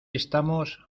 estamos